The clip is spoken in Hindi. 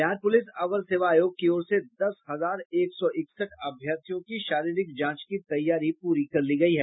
बिहार पूलिस अवर सेवा आयोग की ओर से दस हजार एक सौ इकसठ अभ्यर्थियों की शरीरिक जांच की तैयारी पूरी कर ली गयी है